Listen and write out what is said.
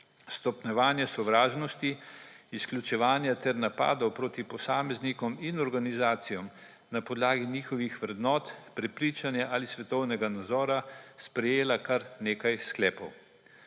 Stopnjevanje sovražnosti, izključevanja ter napadov proti posameznikom in organizacijam na podlagi njihovih vrednot, prepričanj ali svetovnega nazora sprejela kar nekaj sklepov.